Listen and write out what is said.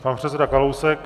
Pan předseda Kalousek.